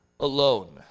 Alone